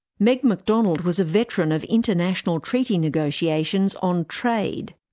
meg mcdonald was a veteran of international treaty negotiations on trade.